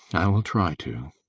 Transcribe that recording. i will try to.